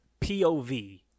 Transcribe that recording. pov